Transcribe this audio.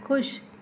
खु़शि